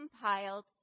compiled